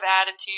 attitude